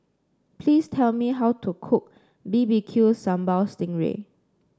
please tell me how to cook B B Q Sambal Sting Ray